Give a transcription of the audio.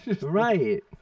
Right